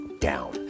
down